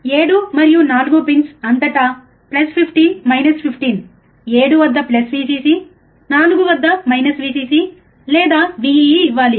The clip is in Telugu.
7 మరియు 4 పిన్స్ అంతటా ప్లస్ 15 మైనస్ 15 7 వద్ద Vcc మరియు 4 వద్ద Vcc లేదా Vee ఇవ్వాలి